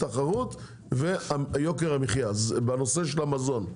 התחרות ויוקר המחייה בנושא המזון.